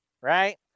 right